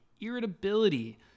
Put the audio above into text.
irritability